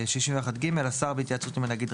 השר בהתייעצות עם הנגיד,